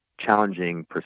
challenging